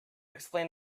explain